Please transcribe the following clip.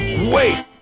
Wait